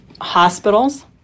hospitals